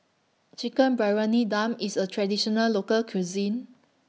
Chicken Briyani Dum IS A Traditional Local Cuisine